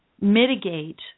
mitigate